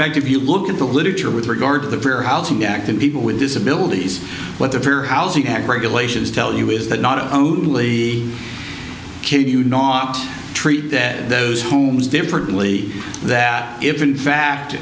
fact if you look at the literature with regard to the housing act and people with disabilities what the fair housing act regulations tell you is that not only kid you treat that those homes differently that if in fact